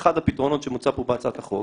אחד הפתרונות שמוצע פה בהצעת החוק